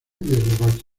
eslovaquia